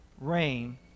rain